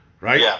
Right